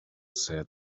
said